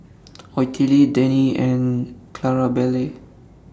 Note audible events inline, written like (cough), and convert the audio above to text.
(noise) Ottilie Denine and Clarabelle